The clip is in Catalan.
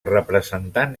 representant